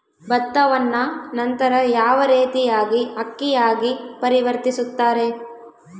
ಭತ್ತವನ್ನ ನಂತರ ಯಾವ ರೇತಿಯಾಗಿ ಅಕ್ಕಿಯಾಗಿ ಪರಿವರ್ತಿಸುತ್ತಾರೆ?